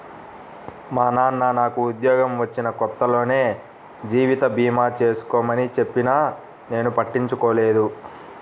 మా నాన్న నాకు ఉద్యోగం వచ్చిన కొత్తలోనే జీవిత భీమా చేసుకోమని చెప్పినా నేను పట్టించుకోలేదు